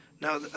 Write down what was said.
Now